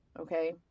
okay